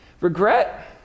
Regret